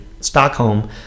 Stockholm